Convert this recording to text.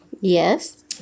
Yes